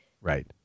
Right